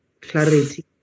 clarity